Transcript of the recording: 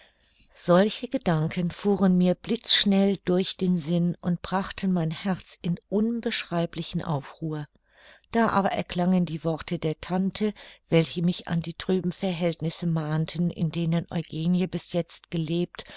solche gedanken fuhren mir blitzschnell durch den sinn und brachten mein herz in unbeschreiblichen aufruhr da aber erklangen die worte der tante welche mich an die trüben verhältnisse mahnten in denen eugenie bis jetzt gelebt